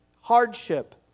hardship